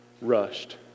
rushed